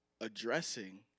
addressing